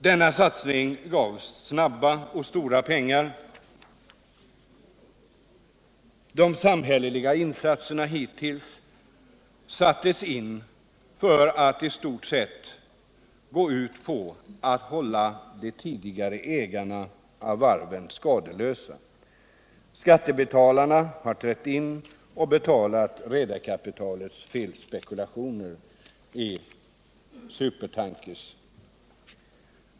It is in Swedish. Denna satsning gav snabba och stora pengar. De samhälleliga insatser som hittills satts in har i stort sett gått ut på att hålla de tidigare ägarna av varven skadeslösa. Skattebetalarna har trätt in och betalat redarkapitalets felspekulationer i supertankrar.